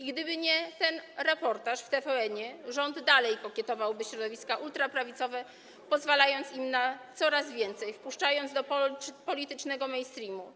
I gdyby nie ten reportaż w TVN-ie, rząd dalej kokietowałby środowiska ultraprawicowe, pozwalając im na coraz więcej, wpuszczając do politycznego mainstreamu.